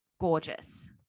gorgeous